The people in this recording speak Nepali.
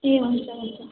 ए हुन्छ हुन्छ